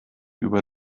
über